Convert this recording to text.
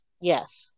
Yes